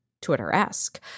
Twitter-esque